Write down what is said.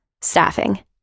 staffing